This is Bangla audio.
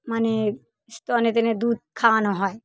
মানে স্তনেতে এনে দুধ খাওয়ানো হয়